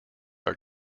are